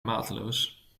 mateloos